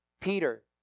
Peter